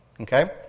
Okay